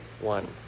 one